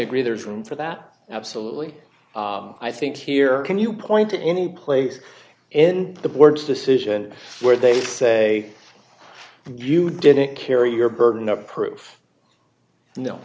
agree there is room for that absolutely i think here can you point to any place in the board's decision where they say you didn't carry your burden of proof